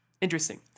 Interesting